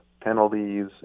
penalties